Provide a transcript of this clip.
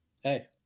hey